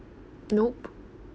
nope